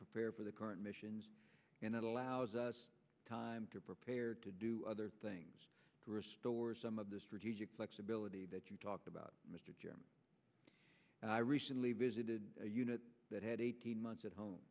prepare for the current missions and that allows us time to prepare to do other things to restore some of the strategic flexibility that you talked about mr chairman i recently visited a unit that had eighteen months at home